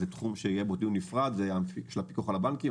תחום שיתקיים לגביו דיון נפרד עם הפיקוח על הבנקים,